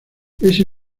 ese